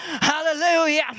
hallelujah